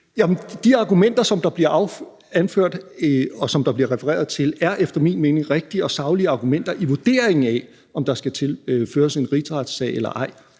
anført, og som der bliver refereret til, er efter min mening rigtige og saglige argumenter i vurderingen af, om der skal føres en rigsretssag eller ej.